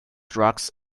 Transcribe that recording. drugs